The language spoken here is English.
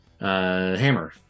hammer